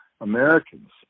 Americans